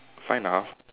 five and a half